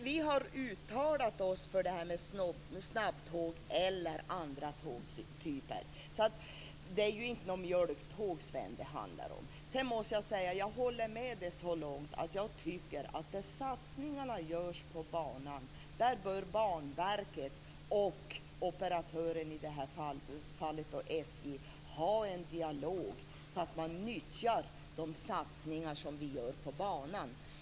Vi har uttalat oss för detta med snabbtåg eller andra tågtyper. Det är ju inte några mjölktåg det handlar om, Sven. Jag håller med Sven Bergström så långt att där satsningar görs på banan bör Banverket och operatören - i det här fallet SJ - ha en dialog, så att man nyttjar de satsningar vi gör på banan.